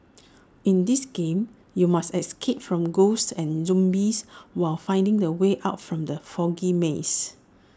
in this game you must escape from ghosts and zombies while finding the way out from the foggy maze